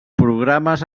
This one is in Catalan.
programes